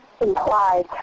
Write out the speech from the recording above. implied